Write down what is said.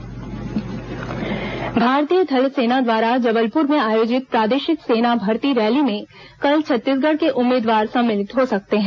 सेना भर्ती रैली भारतीय थल सेना द्वारा जबलपुर में आयोजित प्रादेशिक सेना भर्ती रैली में कल छत्तीसगढ़ के उम्मीदवार सम्मिलित हो सकते हैं